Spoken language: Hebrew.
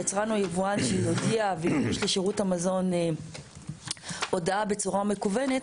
יצרן או יבואן שיודיע לשירות המזון הודעה בצורה מקוונת,